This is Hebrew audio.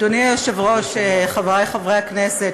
אדוני היושב-ראש, חברי חברי הכנסת,